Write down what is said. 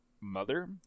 mother